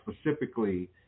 specifically